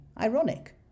ironic